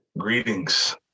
Greetings